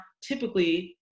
typically